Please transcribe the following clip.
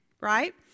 right